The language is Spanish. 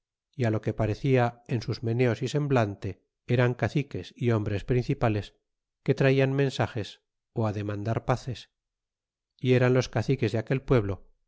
y lo que parecia en sus meneos y semblante eran caciques y hombres principales que traian mensages ó a demandar paces y eran los caciques de aquel pueblo